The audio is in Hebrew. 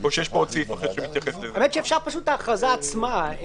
אפשר את ההכרזה עצמה.